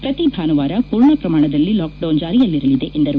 ಪ್ರತಿ ಭಾನುವಾರ ಪೂರ್ಣ ಪ್ರಮಾಣದಲ್ಲಿ ಲಾಕ್ಡೌನ್ ಜಾರಿಯಲ್ಲಿರಿದೆ ಎಂದರು